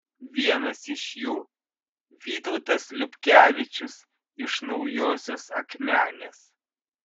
vienas iš jų vytautas liubkevičius iš naujosios akmenės